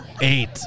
Eight